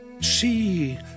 See